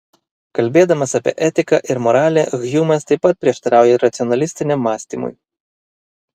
kalbėdamas apie etiką ir moralę hjumas taip pat prieštarauja racionalistiniam mąstymui